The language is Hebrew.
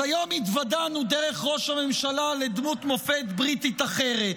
אז היום התוודענו דרך ראש הממשלה לדמות מופת בריטית אחרת,